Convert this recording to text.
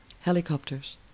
Helicopters